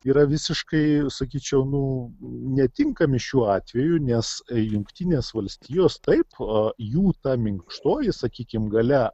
yra visiškai sakyčiau nu netinkami šiuo atveju nes jungtinės valstijos taip jų ta minkštoji sakykim galia